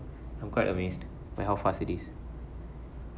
I'm quite amazed by how fast it is